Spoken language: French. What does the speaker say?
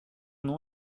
nom